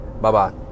Bye-bye